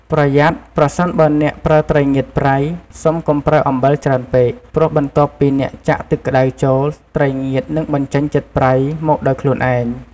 ប្រយ័ត្ន ប្រសិនបើអ្នកប្រើត្រីងៀតប្រៃ សូមកុំប្រើអំបិលច្រើនពេក ព្រោះបន្ទាប់ពីអ្នកចាក់ទឹកក្តៅចូល ត្រីងៀតនឹងបញ្ចេញជាតិប្រៃមកដោយខ្លួនឯង។